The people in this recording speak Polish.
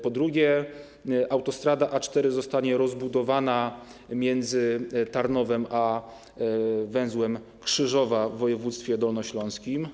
Po drugie, autostrada A4 zostanie rozbudowana między Tarnowem a węzłem Krzyżowa w województwie dolnośląskim.